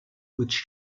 which